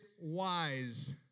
wise